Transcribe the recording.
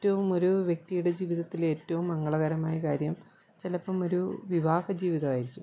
ഏറ്റവും ഒരു വ്യക്തിയുടെ ജീവിതത്തിലെ ഏറ്റവും മംഗളകരമായ കാര്യം ചിലപ്പം ഒരു വിവാഹജീവിതമായിരിക്കും